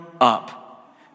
up